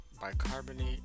bicarbonate